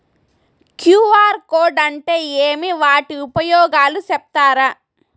QR code అంటే ఏమి వాటి ఉపయోగాలు సెప్తారా?